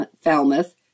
Falmouth